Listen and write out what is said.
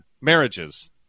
marriages